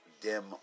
dim